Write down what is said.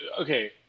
okay